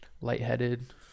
lightheaded